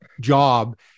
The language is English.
job